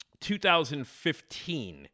2015